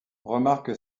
remarque